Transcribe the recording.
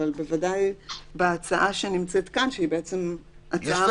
אבל בוודאי בהצעה שנמצאת כאן שהיא בעצם הצעה ממשלתית --- יש